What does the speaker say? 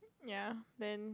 ya then